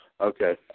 Okay